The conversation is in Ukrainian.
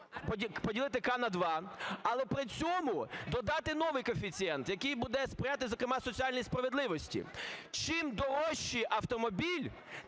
поділити "k" на 2, але при цьому додати новий коефіцієнт, який буде сприяти, зокрема соціальній справедливості. Чим дорожчий автомобіль,